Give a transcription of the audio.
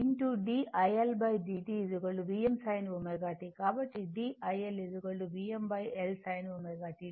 కాబట్టి d iL VmL sin ω t dt